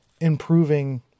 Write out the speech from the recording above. improving